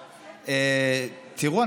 תראו,